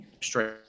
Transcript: straight